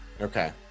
Okay